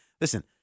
Listen